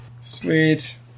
Sweet